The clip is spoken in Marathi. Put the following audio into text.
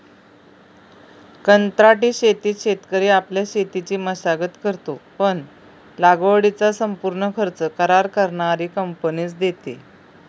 कंत्राटी शेतीत शेतकरी आपल्या शेतीची मशागत करतो, पण लागवडीचा संपूर्ण खर्च करार करणारी कंपनीच देते